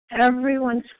everyone's